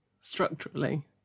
structurally